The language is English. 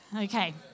Okay